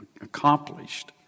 accomplished